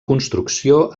construcció